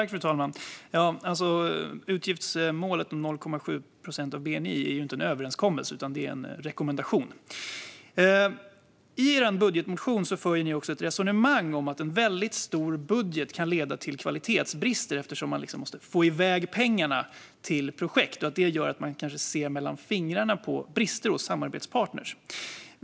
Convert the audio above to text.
Fru talman! Utgiftsmålet om 0,7 procent av bni är ju inte en överenskommelse, utan det är en rekommendation. I er budgetmotion för ni ett resonemang om att en väldigt stor budget kan leda till kvalitetsbrister. Eftersom man liksom måste få iväg pengarna till projekt kanske man ser mellan fingrarna med brister hos samarbetspartner.